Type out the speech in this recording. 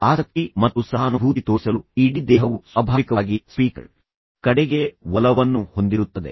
ಆಸಕ್ತಿ ಮತ್ತು ಸಹಾನುಭೂತಿ ತೋರಿಸಲು ಇಡೀ ದೇಹವು ಸ್ವಾಭಾವಿಕವಾಗಿ ಸ್ಪೀಕರ್ ಕಡೆಗೆ ಒಲವನ್ನು ಹೊಂದಿರುತ್ತದೆ